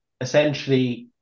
essentially